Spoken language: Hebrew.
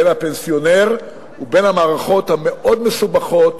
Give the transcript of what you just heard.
בין הפנסיונר ובין המערכות המאוד-מסובכות,